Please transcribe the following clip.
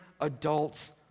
adults